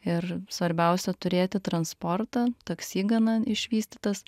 ir svarbiausia turėti transportą taksi gana išvystytas